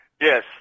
yes